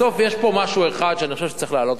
בסוף יש פה משהו שאני חושב שצריך להעלות